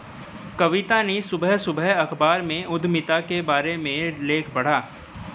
कविता ने सुबह सुबह अखबार में उधमिता के बारे में लेख पढ़ा